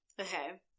Okay